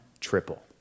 triple